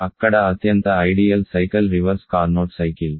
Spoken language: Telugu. అక్కడ అత్యంత ఆదర్శవంతమైన చక్రం రివర్స్ కార్నోట్ సైకిల్